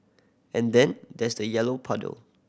and then there's the yellow puddle